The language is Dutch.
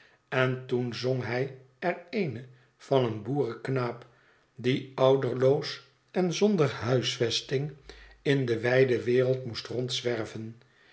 en toen zong hij er eene van een boerenknaap die ouderloos en zonder huisvesting in de wijde wereld moest rondzwerven